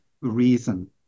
reason